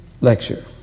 lecture